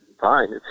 fine